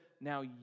Now